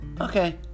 okay